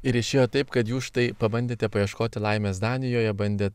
ir išėjo taip kad jūs štai pabandėte paieškoti laimės danijoje bandėt